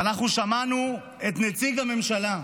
ואנחנו שמענו את נציג הממשלה,